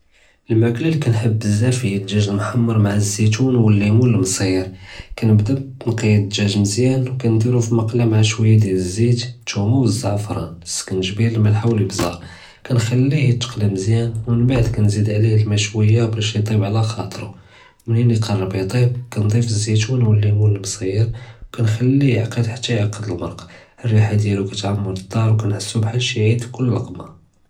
אלמַאקְלַה לִי כּנְחַבּּ בּזַאף הִיַּא אֶלְדַּגָּאג אלמְחַמֶר מְעַ זַיִתוּן וְאֶלְלִימּוֹן אלמְצִיר, כּנְבְּדָא בּתַנְקִיַאת אֶלְדַּגָּאג מְזִיַאן וּכּנְדִּירוּ פִי מַקְלָה מְעַ שְׁוִיָה דִיאַל אֶלזַיִת, אֶתְתוּמָה וְאֶזְעַפְרַאן, סְכַּנְגְּבִּיר אֶלְמֶלְחָה וְאֶלְאַבְּזַאר, כּנְחַלֵּיה יִתְקַלֵּי מְזִיַאן מִנְבַּעְד כּנְזִיד עָלֵיה אלמָא שְׁוִיָה בַּאש יִטַּיְּב עַל חְ'טָרוּ, מִין יִקְּרַב יִטַּיְּב כּנְדִיף אֶלזַיִתוּן וְאֶללִימּוֹן אלמְצִיר וּכּנְחַלֵּיה יַעְקֵּד חְתָּא יַעְקֵּד אֶלמָרַק, אֶלרִיחַה דִיאַלּוּ כּתְעַמֶּר אֶלְדָּאר וּכנְחַסּוּ שִׁי עִיד פִי כּוּל לְקְמָה.